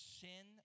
sin